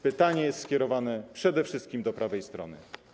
Pytanie jest skierowane przede wszystkim do prawej strony.